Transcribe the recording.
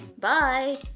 bye!